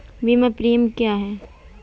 बीमा प्रीमियम क्या है?